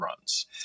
runs